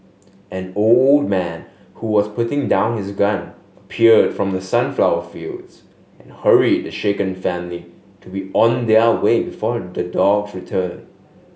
an old man who was putting down his gun appeared from the sunflower fields and hurried the shaken family to be on their way before the dogs return